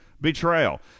betrayal